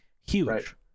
huge